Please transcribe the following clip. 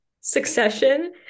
succession